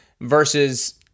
versus